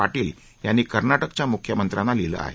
पाटील यांनी कर्नाटकच्या मुख्यमंत्र्यांना लिहिलं आहे